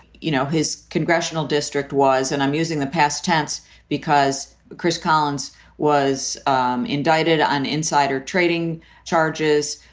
you know, his congressional district was and i'm using the past tense because chris collins was um indicted on insider trading charges,